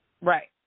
right